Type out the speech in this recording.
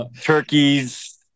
turkeys